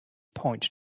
point